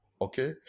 okay